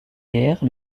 guerre